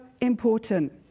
important